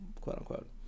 quote-unquote